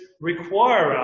require